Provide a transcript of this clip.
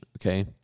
okay